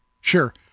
Sure